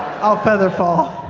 i'll feather fall.